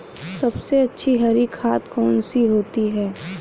सबसे अच्छी हरी खाद कौन सी होती है?